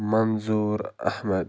Manzoor Ahmad